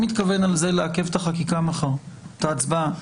מתכוון על זה לעכב מחר את ההצבעה על החקיקה.